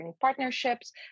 partnerships